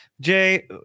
Jay